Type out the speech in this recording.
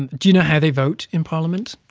and do you know how they vote in parliament?